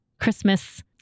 Christmas